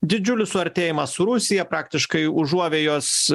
didžiulį suartėjimą su rusija praktiškai užuovėjos